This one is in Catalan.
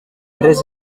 res